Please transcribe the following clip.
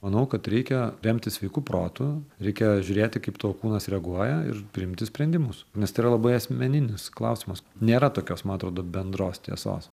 manau kad reikia remtis sveiku protu reikia žiūrėti kaip tavo kūnas reaguoja ir priimti sprendimus nes tai yra labai asmeninis klausimas nėra tokios man atrodo bendros tiesos